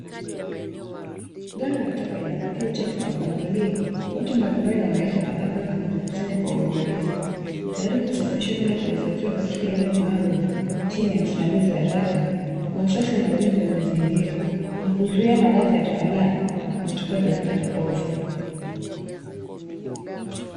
Gari la taka linapokea uchafu kwa mpangilio, watu mbalimbali wanaleta tanka zao na kuzikusanya kwa uangalifu, tayari kusafirisha kwenda kuhifadhiwa katika eneo maalumu chini ya usimamizi wa taka, kwa usafi na ulinzi wa mazingira, na kuzuia maradhi yatokanayo na utupaji wa taka ovyo.